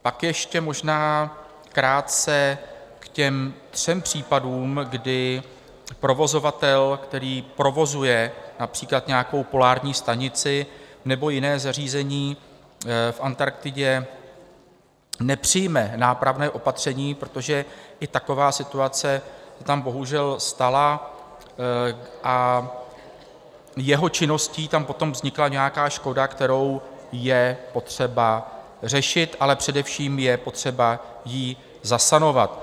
Pak ještě možná krátce k těm třem případům, kdy provozovatel, který provozuje například nějakou polární stanici nebo jiné zařízení v Antarktidě, nepřijme nápravné opatření, protože i taková situace se tam bohužel stala, a jeho činností tam potom vznikla nějaká škoda, kterou je potřeba řešit, ale především je potřeba ji zasanovat.